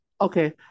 Okay